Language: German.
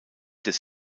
des